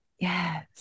Yes